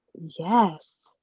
Yes